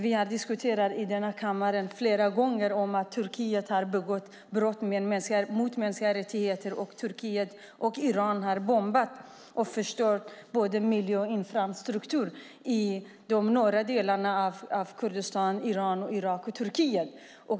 Vi har i denna kammare flera gånger diskuterat att Turkiet har begått brott mot mänskliga rättigheter. Turkiet och Iran har bombat och förstört både miljö och infrastruktur i norra delarna av Kurdistan i Iran, Irak och Turkiet.